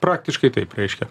praktiškai taip reiškia